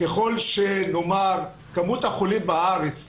ככל שמספר החולים בארץ יגדל,